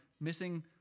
missing